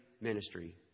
ministry